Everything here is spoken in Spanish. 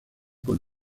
con